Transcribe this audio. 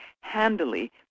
handily